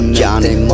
Johnny